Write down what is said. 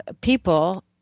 people